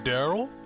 Daryl